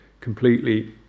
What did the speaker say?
completely